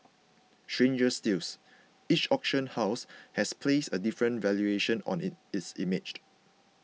stranger stills each auction house has placed a different valuation on in its imaged